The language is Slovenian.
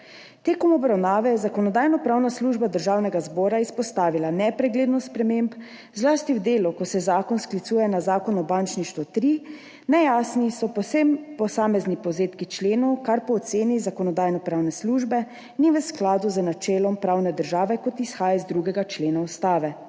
Med obravnavo je Zakonodajno-pravna služba Državnega zbora izpostavila nepreglednost sprememb, zlasti v delu, ko se zakon sklicuje na Zakon o bančništvu (ZBan-3), nejasni so posamezni povzetki členov, kar po oceni Zakonodajno-pravne službe ni v skladu z načelom pravne države, kot izhaja iz 2. člena Ustave.